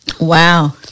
Wow